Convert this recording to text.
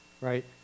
right